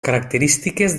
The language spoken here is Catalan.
característiques